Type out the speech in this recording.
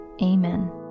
Amen